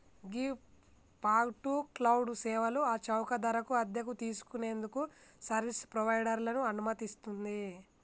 ghee fog to cloud సేవలను ఆ చౌక ధరకు అద్దెకు తీసుకు నేందుకు సర్వీస్ ప్రొవైడర్లను అనుమతిస్తుంది